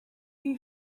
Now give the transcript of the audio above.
who